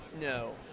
No